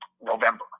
November